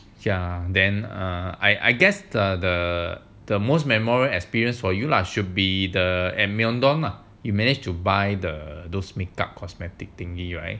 ya then err I I guess the the most memorial experience for you lah should be myeondong right you managed to buy the those makeup cosmetic thingy right